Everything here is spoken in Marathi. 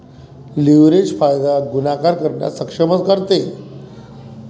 लीव्हरेज फायदा गुणाकार करण्यास सक्षम करते